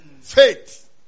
Faith